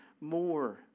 more